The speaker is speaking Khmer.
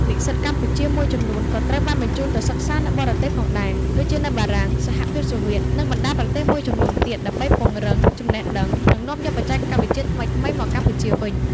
និស្សិតកម្ពុជាមួយចំនួនក៏ត្រូវបានបញ្ជូនទៅសិក្សានៅបរទេសផងដែរ ដូចជានៅបារាំង សហភាពសូវៀត និងបណ្ដាប្រទេសមួយចំនួនទៀត ដើម្បីពង្រឹងចំណេះដឹង និងនាំយកបច្ចេកវិទ្យាថ្មីៗមកកម្ពុជាវិញ។